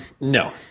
No